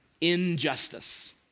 injustice